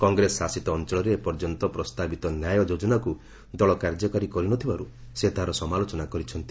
କଂଗ୍ରେସ ଶାସିତ ଅଞ୍ଚଳରେ ଏପର୍ଯ୍ୟନ୍ତ ପ୍ରସ୍ତାବିତ ନ୍ୟାୟ ଯୋଜନାକୁ ଦଳ କାର୍ଯ୍ୟକାରୀ କରିନଥିବାରୁ ସେ ତାହାର ସମାଲୋଚନା କରିଛନ୍ତି